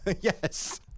Yes